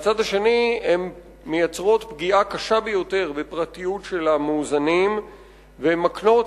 מהצד השני הן מייצרות פגיעה קשה ביותר בפרטיות של המואזנים ומקנות